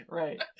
right